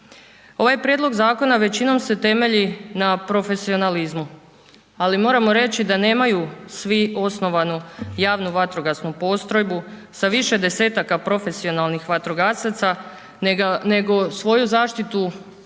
Ovaj prijedlog zakona većinom se temelji na profesionalizmu, ali moramo reći da nemaju svi osnovanu JVP sa više desetaka profesionalnih vatrogasaca nego svoju zaštitu od